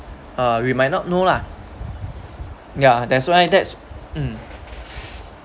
uh we might not know lah that's why that's mm